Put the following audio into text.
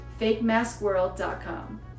fakemaskworld.com